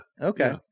Okay